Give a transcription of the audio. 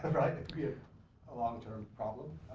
we have a long term problem.